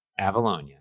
Avalonia